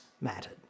mattered